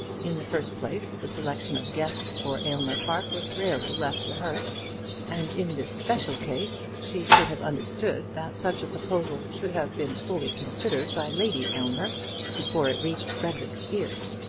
in the first place, the selection of guests for aylmer park was rarely left to her and in this special case she should have understood that such a proposal should have been fully considered by lady aylmer before it reached frederic's ears.